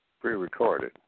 Pre-recorded